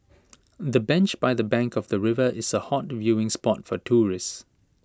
the bench by the bank of the river is A hot viewing spot for tourists